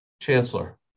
chancellor